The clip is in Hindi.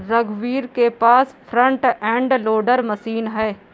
रघुवीर के पास फ्रंट एंड लोडर मशीन है